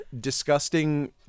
disgusting